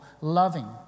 loving